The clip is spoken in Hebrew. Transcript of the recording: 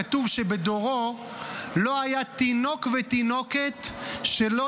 כתוב שבדורו לא היה תינוק ותינוקת שלא